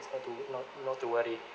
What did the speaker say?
not to not to worry